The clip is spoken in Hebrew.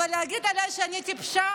אבל להגיד עליי שאני טיפשה?